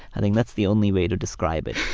i think that's the only way to describe it